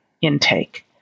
intake